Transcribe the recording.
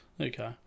Okay